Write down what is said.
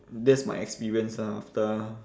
that's my experience lah after